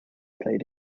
played